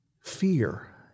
fear